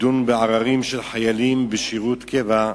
לדון בעררים של חיילים בשירות קבע,